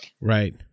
Right